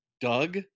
Doug